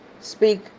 speak